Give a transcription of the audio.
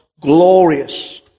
glorious